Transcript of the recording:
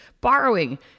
borrowing